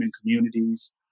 communities